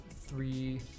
three